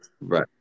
right